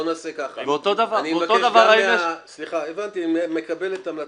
אני מקבל את המלצתך.